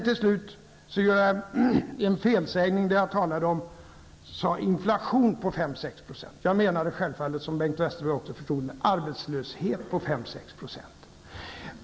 Jag gjorde en felsägning då jag talade om en inflation på 5--6 %. Jag menade självfallet, som Bengt Westerberg också förstod, en arbetslöshet på 5--6 %.